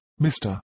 Mr